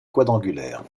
quadrangulaire